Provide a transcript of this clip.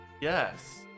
Yes